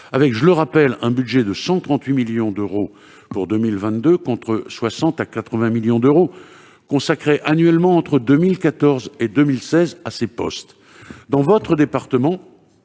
moyen, je le rappelle, d'un budget de 138 millions d'euros pour 2022, contre 60 à 80 millions d'euros consacrés annuellement à ces postes entre 2014 et 2016. Dans votre département,